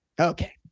Okay